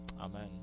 Amen